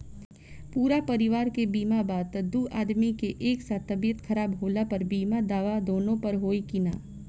पूरा परिवार के बीमा बा त दु आदमी के एक साथ तबीयत खराब होला पर बीमा दावा दोनों पर होई की न?